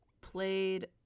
played